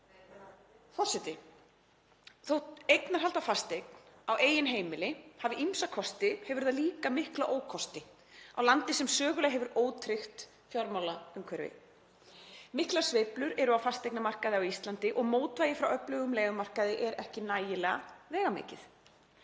Þótt eignarhald á fasteign á eigin heimili hafi ýmsa kosti hefur það líka mikla ókosti í landi sem sögulega hefur ótryggt fjármálaumhverfi. Miklar sveiflur eru á fasteignamarkaði á Íslandi og mótvægi frá öflugum leigumarkaði er ekki nægilega veigamikið.